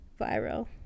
viral